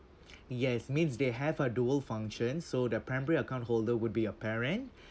yes means they have a dual function so the primary account holder would be your parent